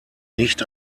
nicht